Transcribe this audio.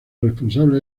responsable